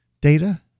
data